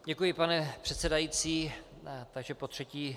Děkuji, pane předsedající, takže potřetí.